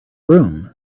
room